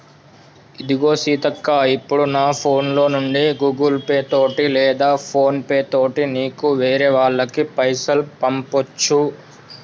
ఇదిగో సీతక్క ఇప్పుడు నా ఫోన్ లో నుండి గూగుల్ పే తోటి లేదా ఫోన్ పే తోటి నీకు వేరే వాళ్ళకి పైసలు పంపొచ్చు